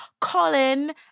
Colin